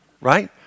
right